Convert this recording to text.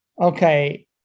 okay